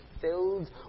filled